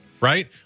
right